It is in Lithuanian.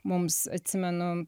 mums atsimenu